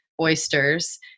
oysters